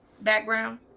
background